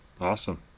awesome